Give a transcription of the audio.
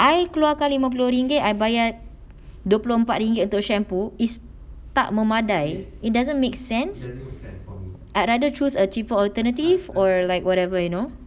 I keluarkan lima puluh ringgit I bayar dua puluh empat ringgit untuk shampoo is tak memadai it doesn't make sense I'd rather choose a cheaper alternative or like whatever you know